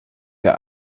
der